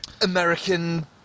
American